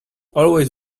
always